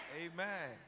Amen